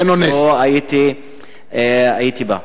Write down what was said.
אחרת הייתי בא.